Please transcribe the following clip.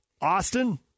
Austin